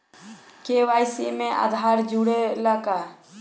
KYC में आधार जुड़े ला का?